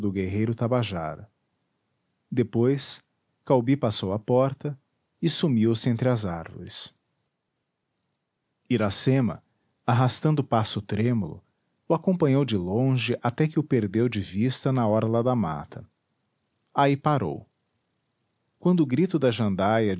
guerreiro tabajara depois caubi passou a porta e sumiu-se entre as árvores iracema arrastando o passo trêmulo o acompanhou de longe até que o perdeu de vista na orla da mata aí parou quando o grito da jandaia